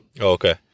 Okay